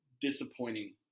disappointing –